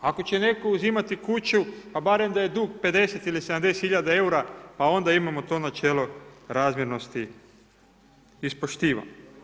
Ako će netko uzimati kuću pa barem da je dug 50 ili 70 000 eura pa onda imamo to načelo razmjernosti ispoštivan.